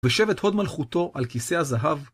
ושבת הוד מלכותו על כיסא הזהב.